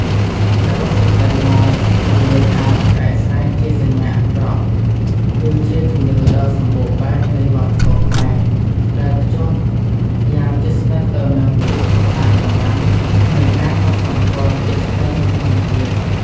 សរុបសេចក្តីមកជំនឿថា ក្អែកស្រែកជាសញ្ញាអាក្រក់ គឺជាជំនឿដ៏សម្បូរបែបនៃវប្បធម៌ខ្មែរ ដែលភ្ជាប់យ៉ាងជិតស្និទ្ធទៅនឹងពិភពអាថ៌កំបាំងនិងការកត់សំគាល់ជាក់ស្តែងពីធម្មជាតិ។